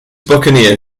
buccaneer